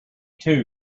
too